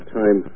time